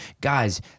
guys